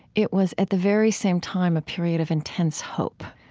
it was at the very same time a period of intense hope,